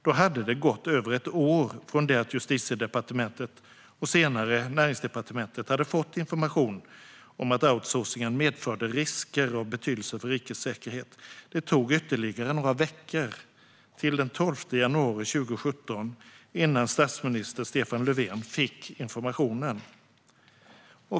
Då hade det gått över ett år sedan Justitiedepartementet och senare Näringsdepartementet fått information om att outsourcingen medförde risker av betydelse för rikets säkerhet. Det tog ytterligare några veckor, till den 12 januari 2017, innan statsminister Stefan Löfven fick informationen.